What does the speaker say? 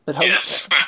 yes